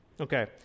Okay